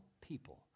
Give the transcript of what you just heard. people